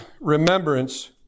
remembrance